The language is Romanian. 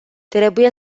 trebuie